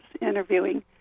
interviewing